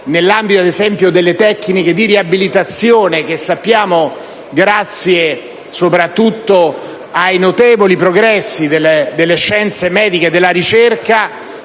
che attiene ad esempio alle tecniche di riabilitazione (che - come sappiamo - grazie soprattutto ai notevoli progressi delle scienze mediche e della ricerca